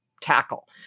tackle